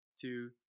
two